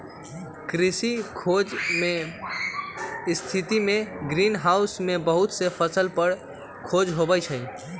कृषि खोज के स्थितिमें ग्रीन हाउस में बहुत से फसल पर खोज होबा हई